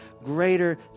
greater